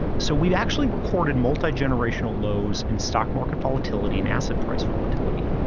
so we've actually recorded multi-generational lows in stock market volatility and asset price volatility.